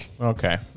okay